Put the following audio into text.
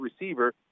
receiver